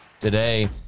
today